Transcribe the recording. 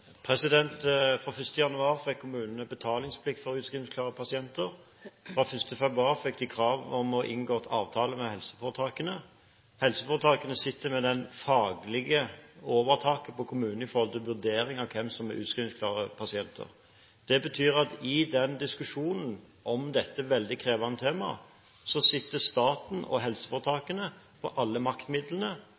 fra 1. februar fikk de krav om å ha inngått avtale med helseforetakene. Helseforetakene sitter med det faglige overtaket på kommunene i forhold til vurdering av hvem som er utskrivingsklare pasienter. Det betyr at i diskusjonen om dette veldig krevende temaet sitter staten og helseforetakene på alle maktmidlene: